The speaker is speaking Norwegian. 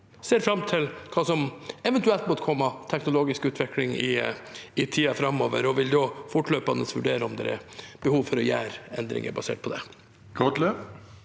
ser fram til hva som eventuelt måtte komme av teknologisk utvikling i tiden framover, og vil da fortløpende vurdere om det er behov for å gjøre endringer basert på det.